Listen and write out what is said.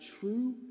true